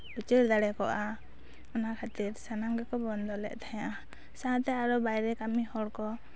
ᱩᱪᱟᱹᱲ ᱫᱟᱲᱮ ᱠᱚᱜᱼᱟ ᱚᱱᱟ ᱠᱷᱟᱹᱛᱤᱨ ᱥᱟᱱᱟᱢ ᱜᱮᱠᱚ ᱵᱚᱱᱫᱚ ᱞᱮᱫ ᱛᱟᱦᱮᱸᱫᱼᱟ ᱥᱟᱶᱛᱮ ᱟᱨᱚ ᱵᱟᱭᱨᱮ ᱠᱟᱹᱢᱤ ᱦᱚᱲ ᱠᱚ